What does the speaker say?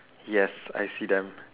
yes I see them